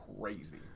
crazy